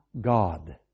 God